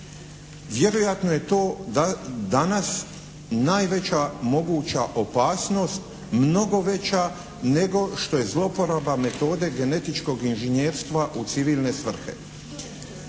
Vjerojatno je to danas najveća moguća opasnost, mnogo veća nego što je zloporaba metode genetičkog inžinjerstva u civilne svrhe.